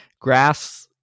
grass